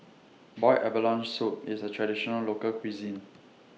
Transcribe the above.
boiled abalone Soup IS A Traditional Local Cuisine